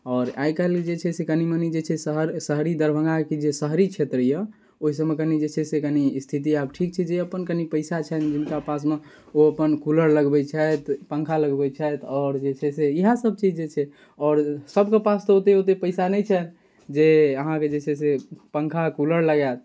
आओर आइकाल्हि जे छै से कनी मनी जे छै से शहर शहरी दरभंगाके जे शहरी क्षेत्र यऽ ओहिसबमे कनी जे छै से कनी स्थिति आब ठीक छै जे अपन कनी पैसा छनि जिनका पासमे ओ अपन कूलर लगबै छथि पंखा लगबै छथि आओर जे छै से ई इहए सब चीज जे छै आओर सबके पास तऽ ओते ओते पैसा नहि छनि जे से अहाँके जे छै से पॅंखा कूलर लगायत